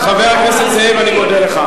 חבר הכנסת זאב, אני מודה לך.